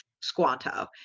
Squanto